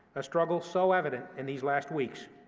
a struggle so evident in these last weeks,